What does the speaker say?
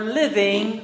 living